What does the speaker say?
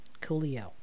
Coolio